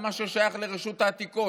גם מה ששייך לרשות העתיקות,